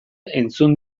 entzun